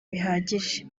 bihagije